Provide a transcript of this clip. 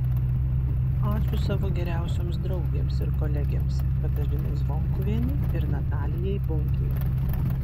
ačiū savo geriausioms draugėms ir kolegėms katažinai zvonkuvienei ir natalijai bunkei